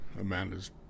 Amanda's